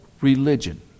religion